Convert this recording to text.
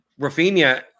Rafinha